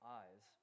eyes